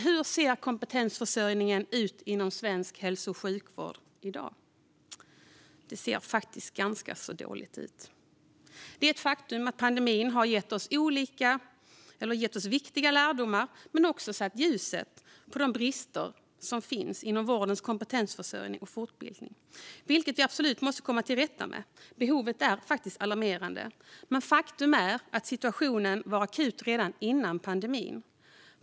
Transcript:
Hur ser det ut med kompetensförsörjningen inom svensk hälso och sjukvård i dag? Det ser faktiskt ganska dåligt ut. Det är ett faktum att pandemin har gett oss viktiga lärdomar men också satt ljuset på de brister som finns inom vårdens kompetensförsörjning och fortbildning, brister som vi absolut måste komma till rätta med. Behovet är alarmerande stort. Men faktum är att situationen var akut redan före pandemin.